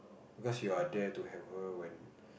because you are there to help her when